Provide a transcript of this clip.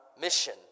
mission